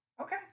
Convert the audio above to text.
Okay